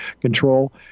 control